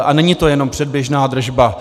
A není to jenom předběžná držba.